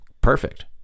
Perfect